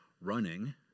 running